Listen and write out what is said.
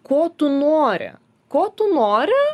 ko tu nori ko tu nori